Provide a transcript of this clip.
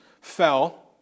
fell